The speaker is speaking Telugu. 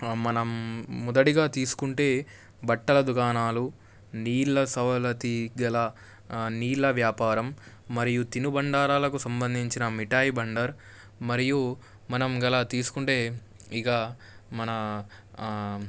మనం మొదటిగా తీసుకుంటే బట్టల దుకాణాలు నీళ్ళ సౌలథి గల నీళ్ళ వ్యాపారం మరియు తిను బండారాలకు సంబంధించిన మిఠాయి బండర్ మరియు మనం గల తీసుకుంటే ఇక మన